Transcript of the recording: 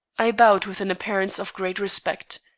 i bowed with an appearance of great respect.